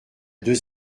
deux